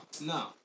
No